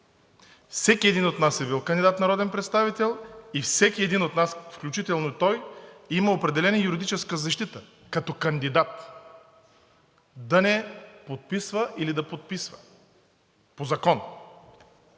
Всеки един от нас е бил кандидат за народен представител и всеки един от нас, включително той, има определена юридическа защита като кандидат – да не подписва или да подписва, по закон!